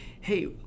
hey